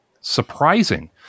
surprising